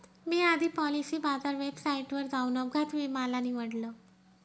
मी आधी पॉलिसी बाजार वेबसाईटवर जाऊन अपघात विमा ला निवडलं